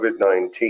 COVID-19